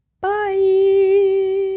bye